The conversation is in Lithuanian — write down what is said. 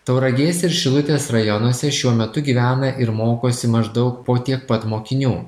tauragės ir šilutės rajonuose šiuo metu gyvena ir mokosi maždaug po tiek pat mokinių